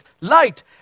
light